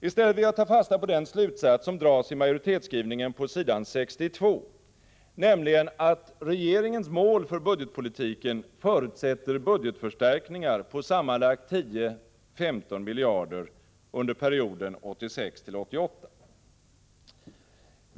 I stället vill jag ta fasta på den slutsats som dras i majoritetsskrivningen på s. 62, nämligen att regeringens mål för budgetpolitiken förutsätter budgetförstärkningar på sammanlagt 10-15 miljarder kronor under perioden 1986-1988.